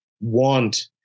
want